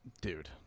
Dude